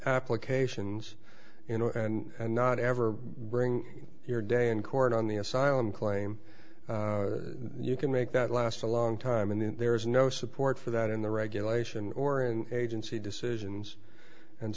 applications you know and not ever bring your day in court on the asylum claim you can make that lasts a long time and then there's no support for that in the regulation or in agency decisions and